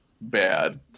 bad